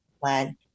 plan